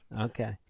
Okay